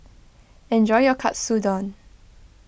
enjoy your Katsudon